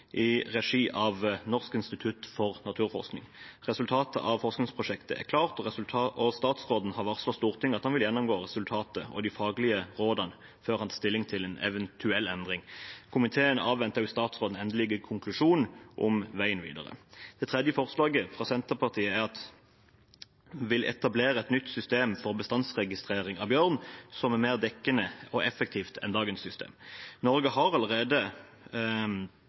i regi av Norsk institutt for naturforskning. Resultatet av forskningsprosjektet er klart, og statsråden har varslet Stortinget om at han vil gjennomgå resultatet og de faglige rådene før han tar stilling til en eventuell endring. Komiteen avventer statsrådens endelige konklusjon om veien videre. Det tredje forslaget fra Senterpartiet er: «Det etableres et nytt system for bestandsregistrering av bjørn som er mer dekkende og effektivt enn dagens system.» Norge har allerede